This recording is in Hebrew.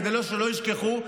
כדי שלא ישכחו,